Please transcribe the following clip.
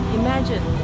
imagine